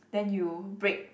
then you brake